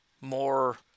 more